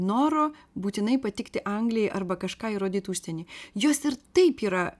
noro būtinai patikti anglijai arba kažką įrodyt užsieny jos ir taip yra